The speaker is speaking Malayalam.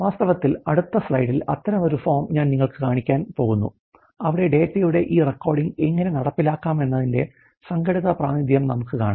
വാസ്തവത്തിൽ അടുത്ത സ്ലൈഡിൽ അത്തരമൊരു ഫോം ഞാൻ നിങ്ങൾക്ക് കാണിക്കാൻ പോകുന്നു അവിടെ ഡാറ്റയുടെ ഈ റെക്കോർഡിംഗ് എങ്ങനെ നടപ്പിലാക്കാമെന്നതിന്റെ സംഘടിത പ്രാതിനിധ്യം നമുക്ക് കാണാം